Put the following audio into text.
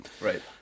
Right